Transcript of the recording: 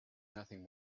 nothing